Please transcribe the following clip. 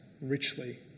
richly